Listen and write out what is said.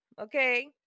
okay